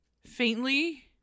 faintly